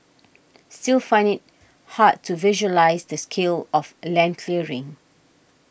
still find it hard to visualise the scale of a land clearing